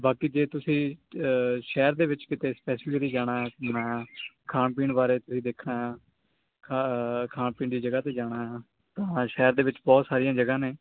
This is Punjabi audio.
ਬਾਕੀ ਜੇ ਤੁਸੀਂ ਸ਼ਹਿਰ ਦੇ ਵਿੱਚ ਕਿਤੇ ਜਾਣਾ ਖਾਣ ਪੀਣ ਬਾਰੇ ਤੁਸੀਂ ਦੇਖਣਾ ਆ ਖਾ ਖਾਣ ਪੀਣ ਦੀ ਜਗ੍ਹਾ 'ਤੇ ਜਾਣਾ ਆ ਤਾਂ ਸ਼ਹਿਰ ਦੇ ਵਿੱਚ ਬਹੁਤ ਸਾਰੀਆਂ ਜਗ੍ਹਾ ਨੇ